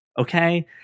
okay